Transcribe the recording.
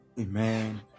Amen